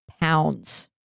pounds